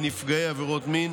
ונפגעי עבירות מין